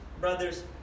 brothers